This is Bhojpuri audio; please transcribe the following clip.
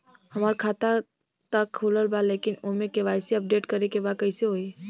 हमार खाता ता खुलल बा लेकिन ओमे के.वाइ.सी अपडेट करे के बा कइसे होई?